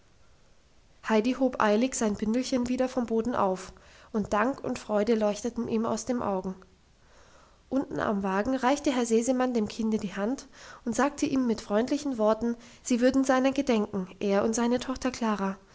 heidi hob eilig sein bündelchen wieder vom boden auf und dank und freude leuchteten ihm aus den augen unten am wagen reichte herr sesemann dem kinde die hand und sagte ihm mit freundlichen worten sie würden seiner gedenken er und seine tochter klara